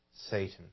Satan